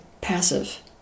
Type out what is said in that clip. passive